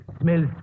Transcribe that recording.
Smells